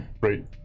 Right